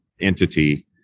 entity